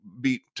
beat